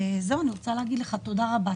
וזהו, אני רוצה להגיד לך תודה רבה.